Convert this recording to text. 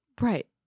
Right